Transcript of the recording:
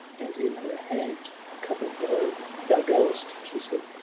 and in her hand a cup of gold. thou goest! she said,